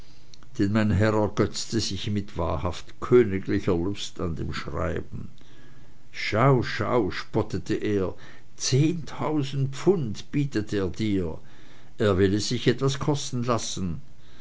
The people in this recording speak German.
denn mein herr ergötzte sich mit wahrhaft königlicher lust an dem schreiben schau schau spottete er zehntausend pfund bietet er dir er will es sich etwas kosten lassen